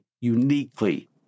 uniquely